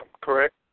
correct